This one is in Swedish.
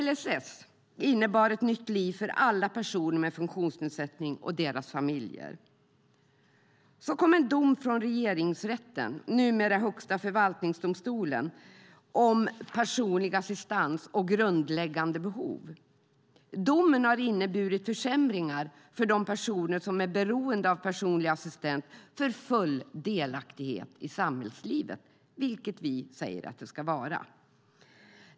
LSS innebar ett nytt liv för alla personer med funktionsnedsättning och deras familjer. Så kom en dom från Regeringsrätten, numera Högsta förvaltningsdomstolen, om personlig assistans och grundläggande behov. Domen har inneburit försämringar för de personer som är beroende av personlig assistent för full delaktighet i samhällslivet, vilket vi säger att det ska vara.